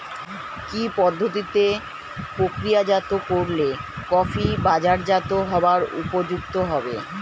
কি পদ্ধতিতে প্রক্রিয়াজাত করলে কফি বাজারজাত হবার উপযুক্ত হবে?